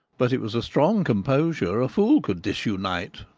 but it was a strong composure a fool could disunite!